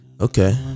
Okay